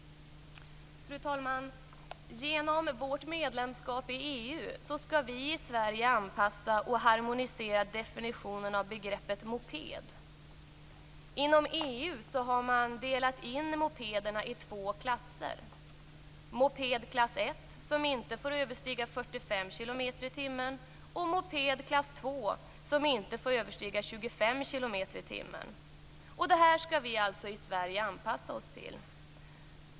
Fru talman! Genom vårt medlemskap i EU skall vi i Sverige anpassa och harmonisera definitionen av begreppet moped. Inom EU har man delat in mopederna i två klasser, moped klass I, som inte får köras fortare än 45 kilometer i timmen, och moped klass II, som inte får köras fortare än 25 kilometer i timmen. Detta skall vi i Sverige alltså anpassa oss till.